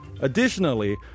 Additionally